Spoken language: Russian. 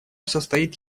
состоит